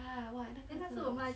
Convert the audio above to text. ya !wah! 那个